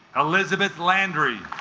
elizabeth landry